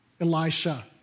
Elisha